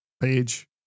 page